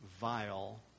vile